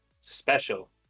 special